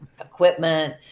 equipment